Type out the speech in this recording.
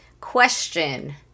question